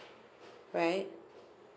right